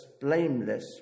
blameless